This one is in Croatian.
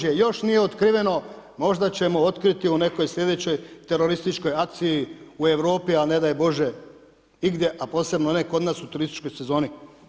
Još nije otkriveno, možda ćemo otkriti u nekoj sljedećoj terorističkoj akciji u Europi, ali ne daj Bože igdje, a ne posebno ne kod nas u turističkoj sezoni.